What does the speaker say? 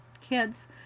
kids